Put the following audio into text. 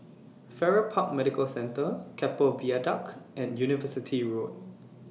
Farrer Park Medical Centre Keppel Viaduct and University Road